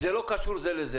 שזה לא קשור זה לזה.